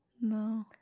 No